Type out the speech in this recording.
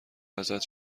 ازت